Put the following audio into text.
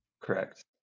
Correct